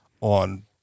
on